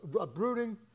uprooting